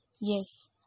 Yes